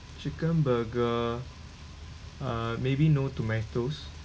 chicken burger uh maybe no tomatoes